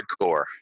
Hardcore